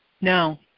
no